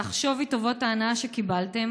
סך שווי טובות ההנאה שקיבלתם,